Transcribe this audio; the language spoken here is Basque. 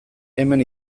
hemen